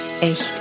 echt